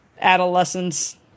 adolescence